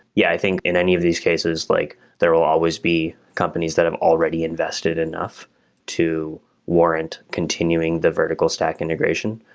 yeah, i think in any of these cases, like there will always be companies that i'm already invested enough to warrant continuing the vertical stack integration.